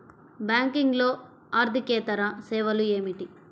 బ్యాంకింగ్లో అర్దికేతర సేవలు ఏమిటీ?